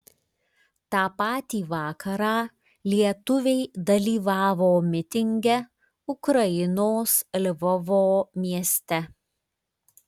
tą patį vakarą lietuviai dalyvavo mitinge ukrainos lvovo mieste